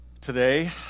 today